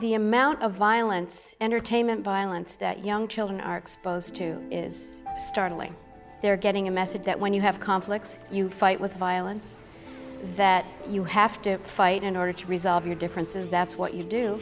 the amount of violence entertainment violence that young children are exposed to is startling they're getting a message that when you have conflicts you fight with violence that you have to fight in order to resolve your differences that's what you do